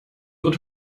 wird